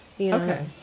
Okay